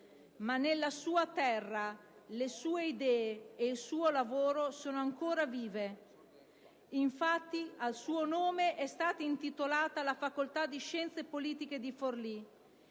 Ma nella sua terra le sue idee e il suo lavoro sono ancora vivi. Infatti, al suo nome è stata intitolata la facoltà di scienze politiche di Forlì